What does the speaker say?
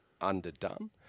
underdone